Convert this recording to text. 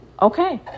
Okay